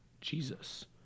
Jesus